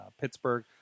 Pittsburgh